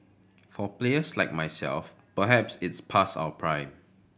for players like myself perhaps it's pass our prime